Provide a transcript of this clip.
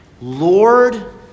Lord